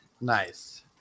nice